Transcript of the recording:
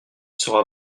sera